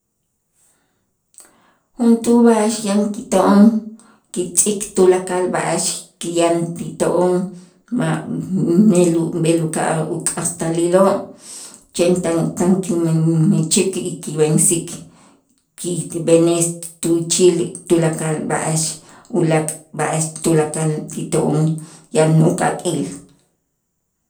Juntuu b'a'ax yan kito'on kitz'ik tulakal b'a'ax ki yan ti to'on ma' b'el uka'aj uk'astaliloo' chen tan tan kimen mächik y kib'ensik kib'enes tuchil tulakal b'a'ax ulaak' b'a'ax tulakal kito'on yan uk'apil.